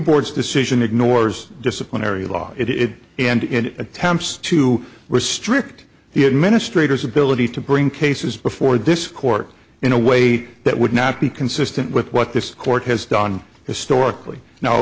boards decision ignores disciplinary law it and in attempts to restrict the administrators ability to bring cases before discord in a way that would not be consistent with what this court has done historically